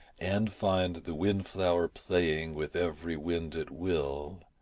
and find the windflower playing with every wind at will,